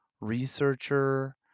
researcher